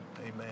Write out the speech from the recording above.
amen